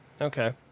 Okay